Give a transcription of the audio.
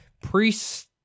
priests